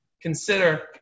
consider